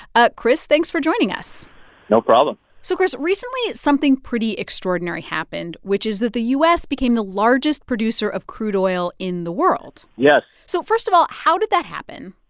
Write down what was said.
ah chris, thanks for joining us no problem so chris, recently, something pretty extraordinary happened, which is that the u s. became the largest producer of crude oil in the world yes so first of all, how did that happen?